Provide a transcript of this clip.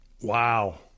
Wow